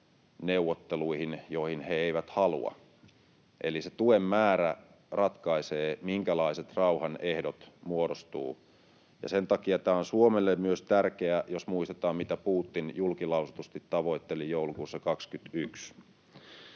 rauhanneuvotteluihin, joihin he eivät halua. Eli se tuen määrä ratkaisee, minkälaisiksi rauhan ehdot muodostuvat. Tämä on myös Suomelle tärkeää sen takia, kun muistetaan, mitä Putin julkilausutusti tavoitteli joulukuussa 21.